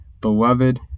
beloved